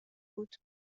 بود